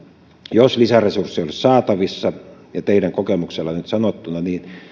jos niitä olisi saatavissa teidän kokemuksellanne nyt sanottuna